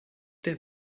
der